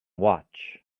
watch